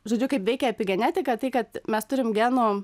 žodžiu kaip veikia epigenetika tai kad mes turim geno